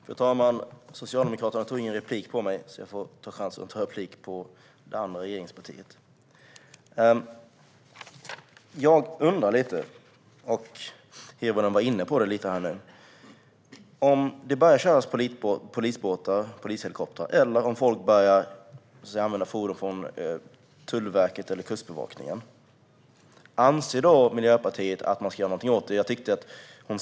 Fru talman! Socialdemokraterna tog ingen replik på mig, så jag får ta chansen att begära replik på det andra regeringspartiet. Om folk börjar köra polisbåtar och polishelikoptrar eller börjar använda fordon från Tullverket eller Kustbevakningen, anser Miljöpartiet att man då ska göra någonting åt det? Hirvonen var inne på detta lite.